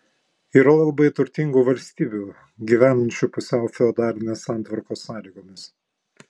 yra labai turtingų valstybių gyvenančių pusiau feodalinės santvarkos sąlygomis